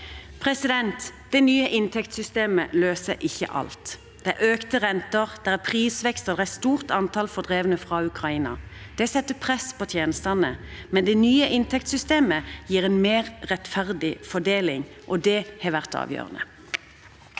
2025 2024 Det nye inntektssystemet løser ikke alt. Det er økte renter, prisvekst og et stort antall fordrevne fra Ukraina. Det setter press på tjenestene, men det nye inntektssystemet gir en mer rettferdig fordeling, og det har vært avgjørende.